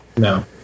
no